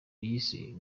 yise